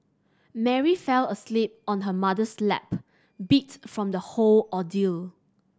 Mary fell asleep on her mother's lap beat from the whole ordeal